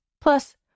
Plus